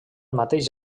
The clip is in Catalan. mateix